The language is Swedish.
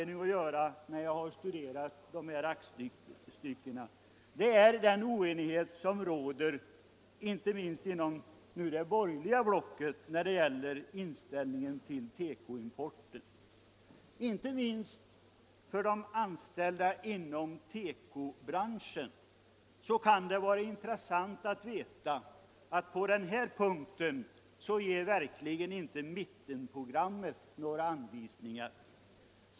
När jag har studerat de här aktstyckena har jag iakttagit den oenighet som råder inom det borgerliga blocket när det gäller inställningen till tekoimporten. Speciellt för de anställda inom tekobranschen kan det vara intressant att veta att mittenpartiprogrammet verkligen inte ger några anvisningar på den här punkten.